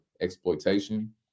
exploitation